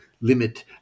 limit